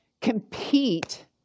compete